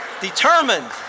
determined